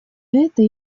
это